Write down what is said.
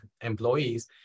employees